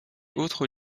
autres